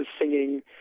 singing